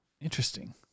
Interesting